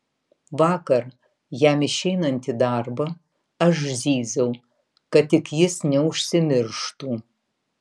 vakar jam išeinant į darbą aš zyziau kad tik jis neužsimirštų